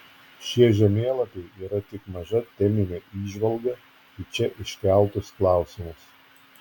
šie žemėlapiai yra tik maža teminė įžvalga į čia iškeltus klausimus